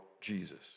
Jesus